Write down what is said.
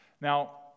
Now